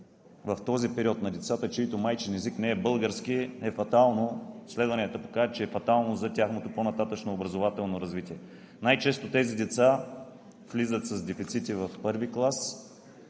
в този период на децата, чийто майчин език не е български, е фатално. Изследванията показват, че е фатално за тяхното по-нататъшно образователно развитие. Най-често тези деца влизат с дефицити в I клас.